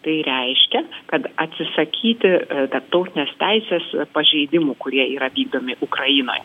tai reiškia kad atsisakyti tarptautinės teisės pažeidimų kurie yra vykdomi ukrainoje